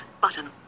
button